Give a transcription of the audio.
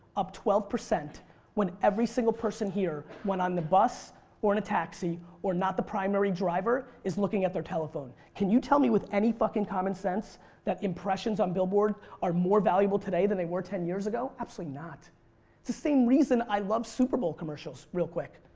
up twelve percent when every single person here when on the bus or in a taxi or not the primary driver is looking at their telephone. can you tell me with any fucking common sense that impressions on billboard are more valuable today than they were ten years ago? absolutely not. it's the same reason i love super bowl commercials, real quick.